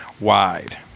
wide